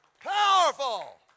Powerful